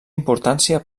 importància